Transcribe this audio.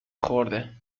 خورده